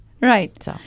Right